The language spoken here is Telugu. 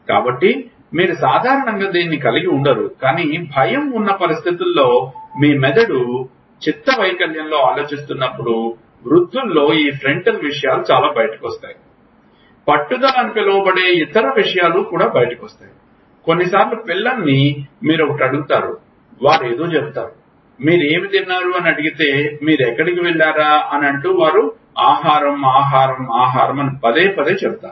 కాబట్టి మీరు సాధారణంగా దీన్ని కలిగి ఉండరు కాని భయం ఉన్న పరిస్థితుల్లో మీ మెదడు చిత్తవైకల్యంలో ఆలోచిస్తున్నప్పుడు వృద్ధుల్లో ఈ ఫ్రంటల్ విషయాలు చాలా బయటకు వస్తాయి పట్టుదల అని పిలువబడే ఇతర విషయాలు బయటకు వస్తాయి కొన్ని సార్లు పిల్లల్ని మీరు ఒకటి అడుగితే వారు ఏదో చెబుతారు మీరు ఏమి తిన్నారు అని అడిగితే మీరు ఎక్కడికి వెళ్లారా అని అంటూ వారు ఆహారం ఆహారం ఆహారం అని పదే పదే చెబుతారు